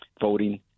voting